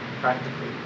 practically